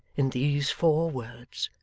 in these four words.